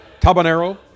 Tabanero